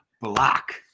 block